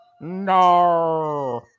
No